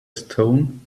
stone